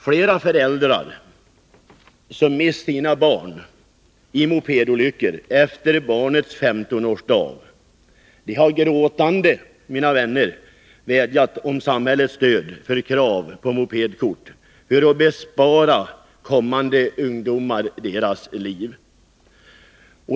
Flera föräldrar som mist sina barn i mopedolyckor efter barnens 15-årsdag har gråtande vädjat om samhällets stöd för kravet på mopedkort för att rädda kommande ungdomars liv.